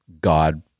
God